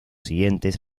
siguientes